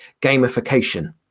gamification